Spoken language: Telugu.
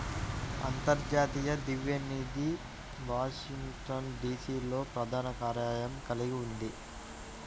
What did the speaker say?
అంతర్జాతీయ ద్రవ్య నిధి వాషింగ్టన్, డి.సి.లో ప్రధాన కార్యాలయం కలిగి ఉంది